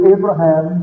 Abraham